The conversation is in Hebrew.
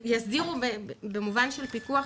יסדירו במובן של פיקוח,